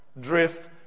drift